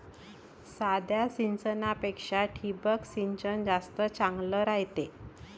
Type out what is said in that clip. साध्या सिंचनापेक्षा ठिबक सिंचन जास्त चांगले रायते